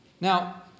Now